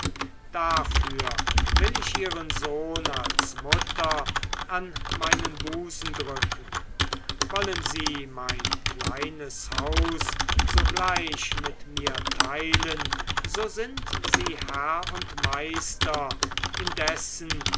dafür will ich ihren sohn als mutter an meinen busen drücken wollen sie mein kleines haus sogleich mit mir teilen so sind sie herr und meister indessen